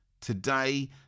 Today